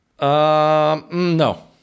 no